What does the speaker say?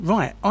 Right